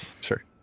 Sure